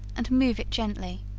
and move it gently